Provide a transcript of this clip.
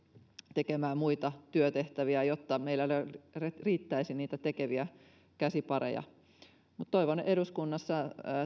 tekemään muita työtehtäviä jotta meillä riittäisi niitä tekeviä käsipareja toivon eduskunnassa